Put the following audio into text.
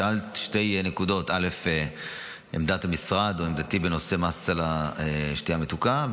שאלת על שתי נקודות: עמדת המשרד או עמדתי בנושא מס על השתייה המתוקה,